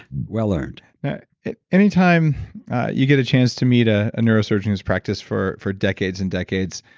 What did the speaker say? well earned anytime you get a chance to meet ah a neurosurgeon who's practiced for for decades and decades,